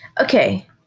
Okay